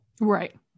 Right